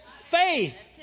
faith